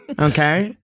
okay